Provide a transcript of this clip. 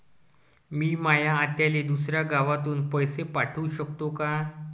मी माया आत्याले दुसऱ्या गावातून पैसे पाठू शकतो का?